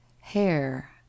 hair